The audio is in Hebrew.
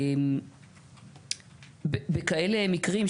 בכאלה מקרים,